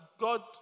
God